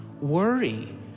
worry